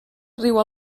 riu